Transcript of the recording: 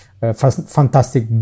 fantastic